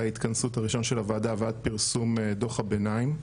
ההתכסות הראשונה של הוועדה ועד פרסום דוח הביניים,